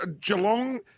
Geelong